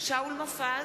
שאול מופז,